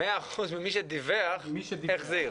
100% ממי שדיווח החזיר?.